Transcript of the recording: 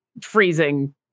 freezing